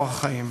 ולסיום, מכובדי,